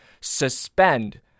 suspend